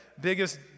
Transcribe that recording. biggest